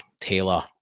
Taylor